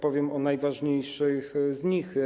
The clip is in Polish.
Powiem o najważniejszych z nich.